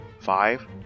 five